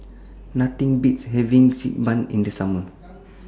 Nothing Beats having Xi Ban in The Summer